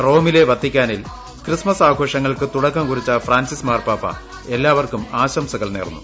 റോമിലെ വത്തിക്കാനിൽ ക്രിസ്മസ് ആഘോഷങ്ങൾക്ക് തുടക്കം കുറിച്ച ഫ്രാൻസിസ് മാർപ്പാപ്പ എല്ലാവർക്കും ആശംസകൾ നേർന്നു